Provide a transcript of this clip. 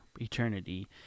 eternity